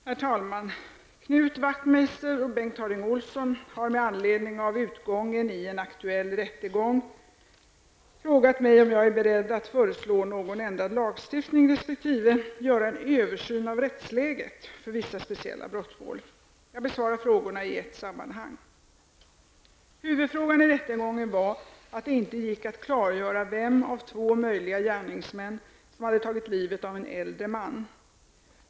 Herr talman! Knut Wachtmeister och Bengt Harding Olson har med anledning av utgången i en aktuell rättegång frågat mig om jag är beredd att föreslå någon ändrad lagstiftning resp. ''göra en översyn av rättsläget'' för vissa speciella brottmål. Jag besvarar frågorna i ett sammanhang. Huvudfrågan i rättegången var att det inte gick att klargöra vem av två möjliga gärningsmän som hade tagit livet av en äldre man.